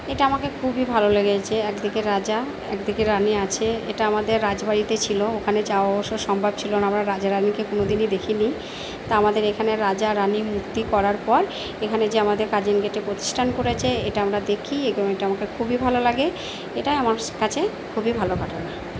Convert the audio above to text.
এটা আমাকে খুবই ভালো লেগেছে একদিকে রাজা একদিকে রানি আছে এটা আমাদের রাজবাড়িতে ছিল ওখানে যাওয়া অবশ্য সম্ভব ছিল না আমরা রাজা রানিকে কোনোদিনই দেখি নি তা আমাদের এখানে রাজা রানির মূর্তি করার পর এখানে যে আমাদের কার্জন গেটে প্রতিষ্ঠান করেছে এটা আমরা দেখি এবং এটা আমাকে খুবই ভালো লাগে এটাই আমার কাছে খুবই ভালো ঘটনা